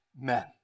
men